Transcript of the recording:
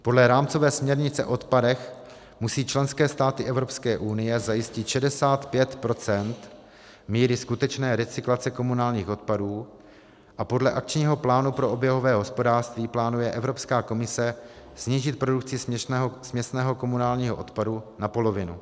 Podle rámcové směrnice o odpadech musejí členské státy Evropské unie zajistit 65 % míry skutečné recyklace komunálních odpadů a podle akčního plánu pro oběhové hospodářství plánuje Evropská komise snížit produkci směsného komunálního odpadu na polovinu.